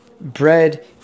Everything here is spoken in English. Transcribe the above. bread